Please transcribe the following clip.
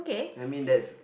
I mean that's